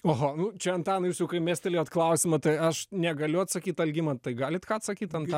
oho nu čia antanai jūs kai mestelėjot klausimą tai aš negaliu atsakyt algimantai galit ką atsakyt anta